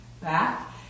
back